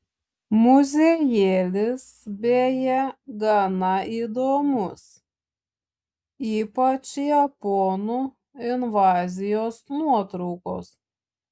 muziejėlis beje gana įdomus ypač japonų invazijos nuotraukos